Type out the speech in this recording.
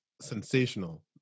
sensational